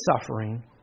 suffering